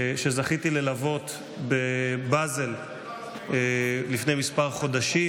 שזכיתי ללוות בבזל לפני כמה חודשים.